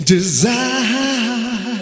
Desire